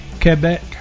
Quebec